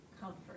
comfort